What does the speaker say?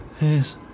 Yes